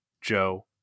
Joe